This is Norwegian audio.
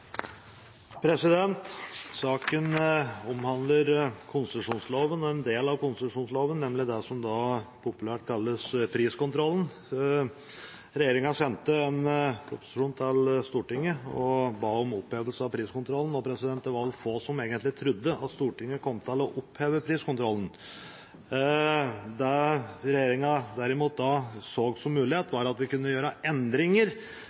Saken omhandler konsesjonsloven og en del av konsesjonsloven, nemlig den som populært kalles priskontrollen. Regjeringa sendte en proposisjon til Stortinget og ba om opphevelse av priskontrollen, og det var vel få som egentlig trodde at Stortinget kom til å oppheve priskontrollen. Det som regjeringa derimot da så som en mulighet, var at vi kunne gjøre endringer